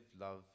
love